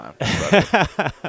time